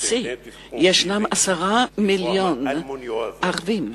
בארצי יש 10 מיליוני ערבים,